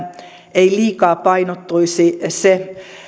ei liikaa painottuisi se